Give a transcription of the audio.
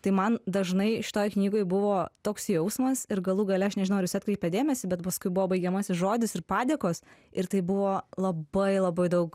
tai man dažnai šitoj knygoj buvo toks jausmas ir galų gale aš nežinau ar jūs atkreipėt dėmesį bet paskui buvo baigiamasis žodis ir padėkos ir tai buvo labai labai daug